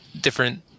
different